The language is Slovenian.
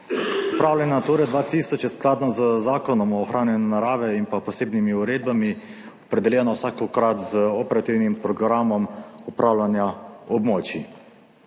Nature 2000, je skladno z Zakonom o ohranjanju narave in pa posebnimi uredbami, opredeljeno vsakokrat z operativnim programom upravljanja območij,